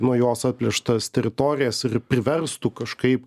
nuo jos atplėštas teritorijas ir priverstų kažkaip